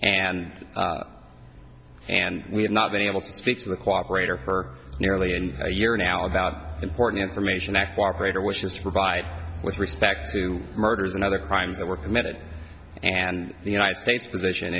and and we have not been able to speak to the cooperate or for nearly in a year now about important information act cooperate or wishes to provide with respect to murders and other crimes that were committed and the united states position